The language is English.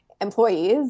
employees